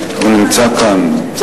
הוא נמצא כאן.